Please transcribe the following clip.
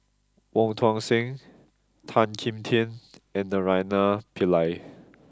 Wong Tuang Seng Tan Kim Tian and Naraina Pillai